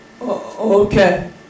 okay